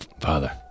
Father